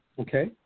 Okay